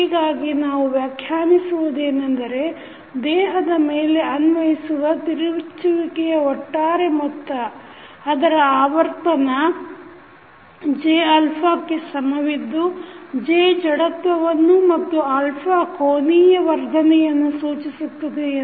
ಹೀಗಾಗಿ ನಾವು ವ್ಯಾಖ್ಯಾನಿಸುವುದೆನೆಂದರೆ ದೇಹದ ಮೇಲೆ ಅನ್ವಯಿಸುವ ತಿರುಚುವಿಕೆಯ ಒಟ್ಟಾರೆ ಮೊತ್ತ ಅದರ ಆವರ್ತನ Jα ಕ್ಕೆ ಸಮವಿದ್ದು J ಜಡತ್ವವನ್ನು ಮತ್ತು ಕೋನೀಯ ವೇಗವರ್ಧನೆಯನ್ನು ಸೂಚಿಸುತ್ತವೆ ಎಂದು